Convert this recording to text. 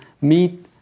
meet